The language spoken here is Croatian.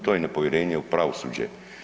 To je nepovjerenje u pravosuđe.